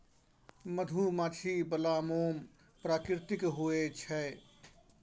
मधुमाछी बला मोम प्राकृतिक होए छै